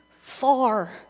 far